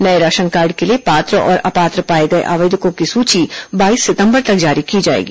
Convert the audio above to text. नये राशनकार्ड के लिए पात्र और अपात्र पाए गए आवेदकों की सूची बाईस सितम्बर तक जारी की जाएगी